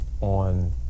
on